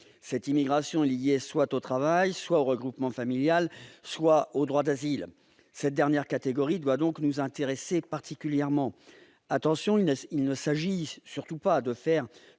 Cette immigration est liée soit au travail, soit au regroupement familial, soit au droit d'asile. Les entrants relevant de cette dernière catégorie doivent nous intéresser particulièrement. Attention : il ne s'agit surtout pas de faire